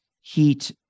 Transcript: heat